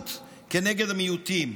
ואלימות כנגד המיעוטים.